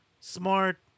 Smart